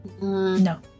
No